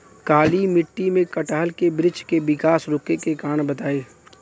काली मिट्टी में कटहल के बृच्छ के विकास रुके के कारण बताई?